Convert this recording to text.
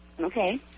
Okay